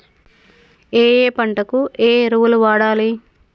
ఏయే పంటకు ఏ ఎరువులు వాడాలి?